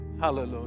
Hallelujah